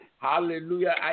Hallelujah